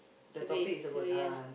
survey survey ya